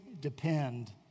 depend